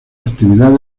actividad